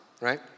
right